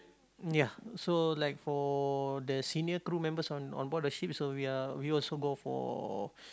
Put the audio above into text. ya so like for the senior crew members on on board the ship so we are we also go for